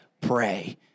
pray